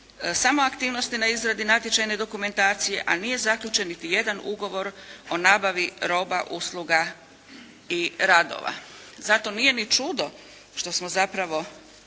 samo aktivnosti na izradi natječajne dokumentacije a nije zaključen niti jedan ugovor o nabavi roba, usluga i radova. Zato nije ni čudo što smo zapravo